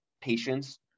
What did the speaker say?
patient's